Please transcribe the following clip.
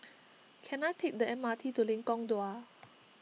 can I take the M R T to Lengkong Dua